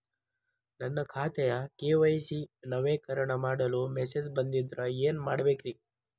ನನ್ನ ಖಾತೆಯ ಕೆ.ವೈ.ಸಿ ನವೇಕರಣ ಮಾಡಲು ಮೆಸೇಜ್ ಬಂದದ್ರಿ ಏನ್ ಮಾಡ್ಬೇಕ್ರಿ?